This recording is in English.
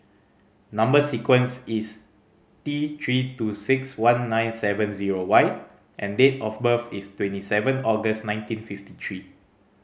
number sequence is T Three two six one nine seven zero Y and date of birth is twenty seven August nineteen fifty three